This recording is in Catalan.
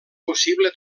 possible